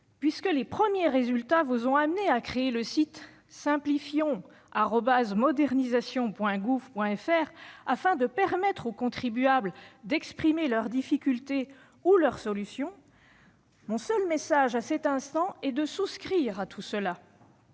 puisque les premiers résultats vous ont conduit à créer le site simplifions@modernisation.gouv.fr afin de permettre aux contribuables d'exprimer leurs difficultés ou de faire part de leurs solutions, mon seul message, à cet instant, est de souscrire à tout cela,